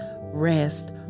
rest